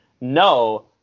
no